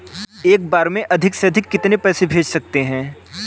एक बार में अधिक से अधिक कितने पैसे भेज सकते हैं?